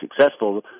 successful